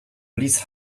release